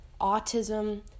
autism